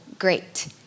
great